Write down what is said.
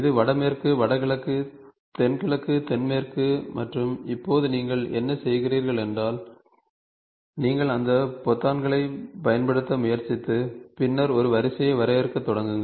இது வடமேற்கு வடகிழக்கு தென்கிழக்கு தென்மேற்கு மற்றும் இப்போது நீங்கள் என்ன செய்கிறீர்கள் என்றால் நீங்கள் அந்த பொத்தான்களைப் பயன்படுத்த முயற்சித்து பின்னர் ஒரு வரிசையை வரையறுக்கத் தொடங்குங்கள்